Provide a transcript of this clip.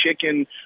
chicken